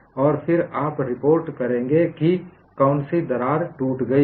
और फिर आप रिपोर्ट करेंगे कि कौन सी दरार टूट गई है